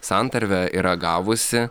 santarvė yra gavusi